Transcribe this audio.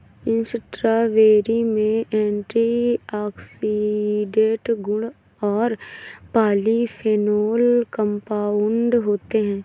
strawberry में antioxidant गुण और पॉलीफेनोल कंपाउंड होते हैं